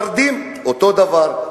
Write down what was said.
מרדים, אותו דבר.